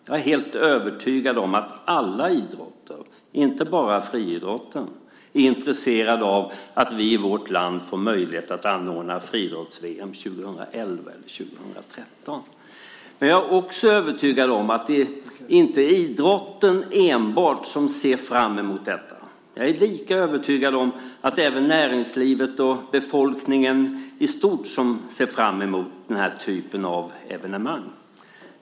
Jag är helt övertygad om att alla idrotter, inte bara friidrotten, är intresserade av att vi i vårt land får möjlighet att anordna friidrotts-VM 2011 eller 2013. Jag är också övertygad om att det inte är enbart idrotten som ser fram emot detta. Jag är lika övertygad om att även näringslivet och befolkningen i stort ser fram emot den här typen av evenemang.